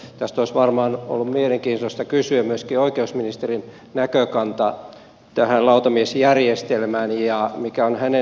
olisi varmaan ollut mielenkiintoista kysyä myöskin oikeusministerin näkökantaa tähän lautamiesjärjestelmään sitä mikä on hänen näkemyksensä